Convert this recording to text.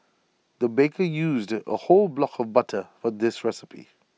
the baker used A whole block of butter for this recipe